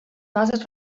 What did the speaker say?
bases